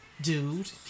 dude